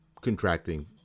contracting